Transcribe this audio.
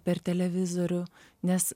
per televizorių nes